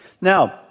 Now